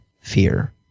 fear